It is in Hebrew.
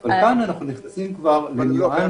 אבל כאן אנחנו כבר נכנסים לניואנסים.